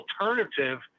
alternative